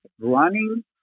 Running